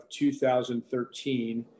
2013